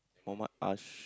Mohamad Ash~